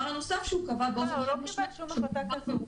הוא לא קיבל שום החלטה כזאת.